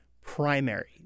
primary